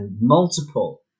multiple